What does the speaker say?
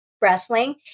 wrestling